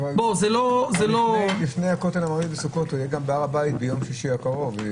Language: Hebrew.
אבל לפני הכותל המערבי וסוכות יהיה גם בהר הבית ביום שישי הקרוב.